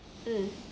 mm